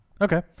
Okay